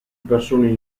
persone